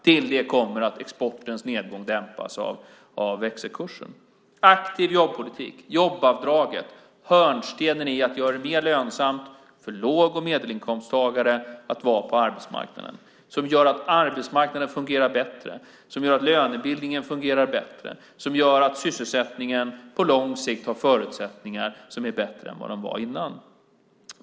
Till det kommer att exportens nedgång dämpas av växelkursen. Aktiv jobbpolitik, jobbavdraget - hörnstenen är att vi gör det mer lönsamt för låg och medelinkomsttagare att vara på arbetsmarknaden. Det gör att arbetsmarknaden fungerar bättre, att lönebildningen fungerar bättre och att sysselsättningen på lång sikt har förutsättningar som är bättre än vad de var innan.